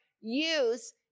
use